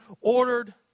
ordered